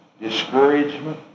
discouragement